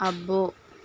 అబ్బో